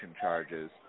charges